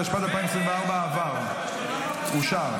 התשפ"ד 2024. תלמד,